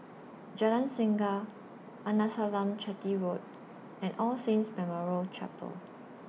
Jalan Singa Arnasalam Chetty Road and All Saints Memorial Chapel